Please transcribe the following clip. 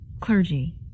clergy